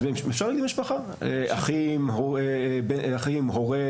אפשר להגדיר משפחה, אחים, הורה.